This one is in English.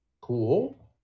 cool